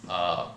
orh